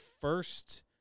first